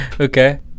Okay